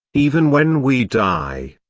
even when we die,